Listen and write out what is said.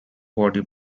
body